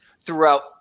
throughout